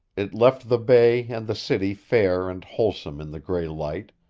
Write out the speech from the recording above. it left the bay and the city fair and wholesome in the gray light,